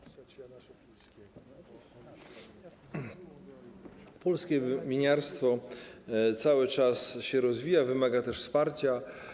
Polskie winiarstwo cały czas się rozwija, wymaga też wsparcia.